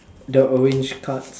the orange cards